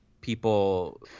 people